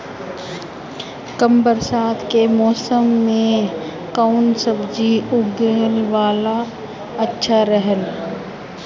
कम बरसात के मौसम में कउन सब्जी उगावल अच्छा रहेला?